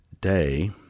day